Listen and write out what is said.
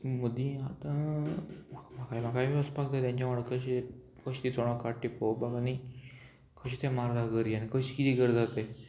मदीं आतां म्हाका म्हाकाय बी वचपाक जाय तेंच्या वांगडा कशें कशें चोणक काडटा ती पळोवपाक आनी कशें ती मारता गरी आनी कशें कितें करतात तें